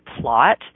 plot